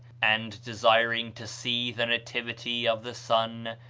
and desiring to see the nativity of the sun,